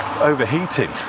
overheating